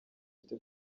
afite